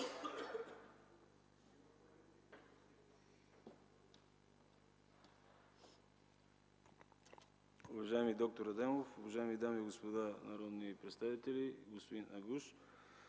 Уважаеми д-р Адемов, уважаеми дами и господа народни представители, господин Агуш!